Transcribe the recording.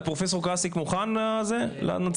פרופסור קארסיק מוכן למצגת?